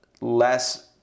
less